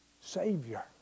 savior